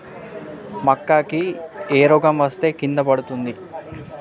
మక్కా కి ఏ రోగం వస్తే కింద పడుతుంది?